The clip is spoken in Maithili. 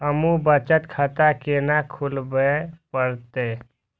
हमू बचत खाता केना खुलाबे परतें?